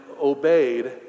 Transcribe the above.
obeyed